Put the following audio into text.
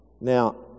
Now